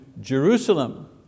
Jerusalem